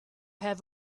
have